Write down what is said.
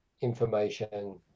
information